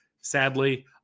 sadly